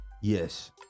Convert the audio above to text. Yes